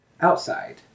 outside